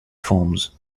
forms